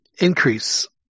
increase